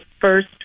first